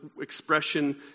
expression